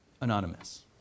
anonymous